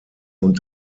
und